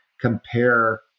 compare